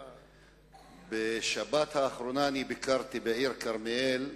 בשבת האחרונה ביקרתי בעיר כרמיאל,